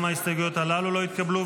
גם ההסתייגויות הללו לא התקבלו.